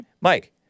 Mike